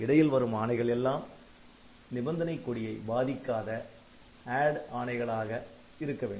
இடையில் வரும் ஆணைகள் எல்லாம் நிபந்தனை கொடியை பாதிக்காத ADD ஆணைகளாக இருக்க வேண்டும்